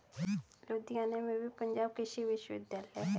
लुधियाना में भी पंजाब कृषि विश्वविद्यालय है